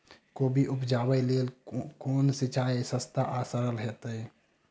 कोबी उपजाबे लेल केँ सिंचाई सस्ता आ सरल हेतइ?